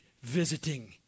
visiting